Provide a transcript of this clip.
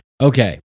Okay